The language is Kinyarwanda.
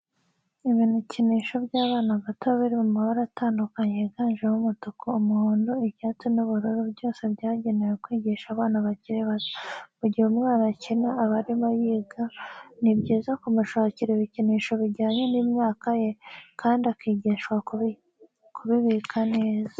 Ibikinisho by'abana bato biri mu mabara atandukanye yiganjemo umutuku, umuhondo, icyatsi n'ubururu, byose byagenewe kwigisha abana bakiri bato. Mu gihe umwana akina aba arimo yiga, ni byiza kumushakira ibikinisho bijyanye n'imyaka ye kandi akigishwa kubibika neza.